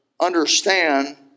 understand